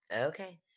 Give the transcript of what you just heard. Okay